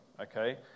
okay